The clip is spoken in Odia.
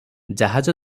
ଜାହାଜ